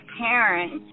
parents